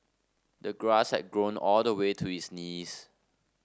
the grass had grown all the way to his knees